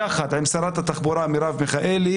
יחד עם שרת התחבורה מרב מיכאלי,